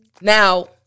Now